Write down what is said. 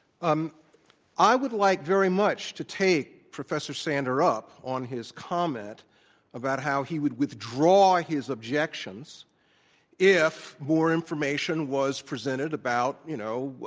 um i would like very much to take professor sander up on his comment about how he would withdraw his objections if more information was presented about, you know,